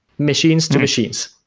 machines to machines.